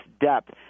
depth